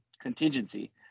contingency